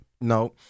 No